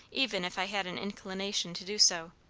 even if i had an inclination to do so.